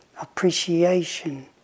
appreciation